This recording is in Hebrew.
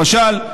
למשל,